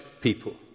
people